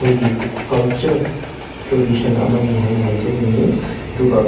ꯑꯩꯈꯣꯏꯒꯤ culture tradition ꯑꯃꯅꯤ ꯍꯥꯏꯅ ꯍꯥꯏꯖꯅꯤꯡꯉꯤ ꯑꯗꯨꯒ